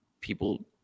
people